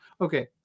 Okay